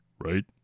Right